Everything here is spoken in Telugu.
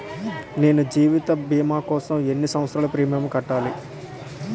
నేను జీవిత భీమా కోసం ఎన్ని సంవత్సారాలు ప్రీమియంలు కట్టాలి?